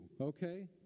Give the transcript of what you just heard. okay